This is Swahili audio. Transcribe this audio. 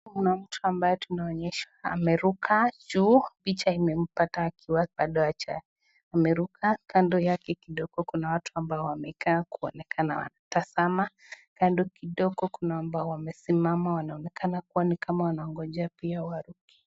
Kuna mtu ambaye tunaonyeshwa ameruka juu, picha imempata akiwa bado ameruka. Kando yake kidogo kuna watu ambao wamekaa kuonekana wanatazama, kando kidogo kuna ambao wamesimama, wanaonekana kuwa ni kama wanangojea pia waruke.